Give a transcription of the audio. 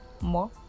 more